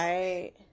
Right